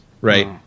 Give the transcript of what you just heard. right